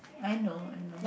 I know I know